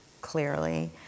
clearly